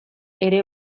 ere